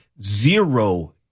zero